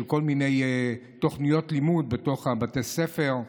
כל מיני תוכניות לימוד בתוך בתי הספר,